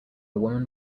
woman